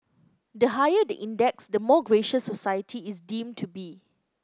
the higher the index the more gracious society is deemed to be